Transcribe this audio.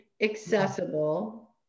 accessible